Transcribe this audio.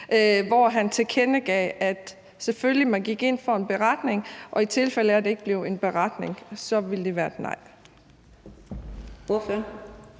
hvor han tilkendegav, at man selvfølgelig gik ind for en beretning, og i tilfælde af at det ikke blev en beretning, ville det være et nej.